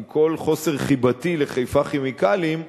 עם כל חוסר חיבתי ל"חיפה כימיקלים",